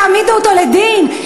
תעמידו אותם לדין?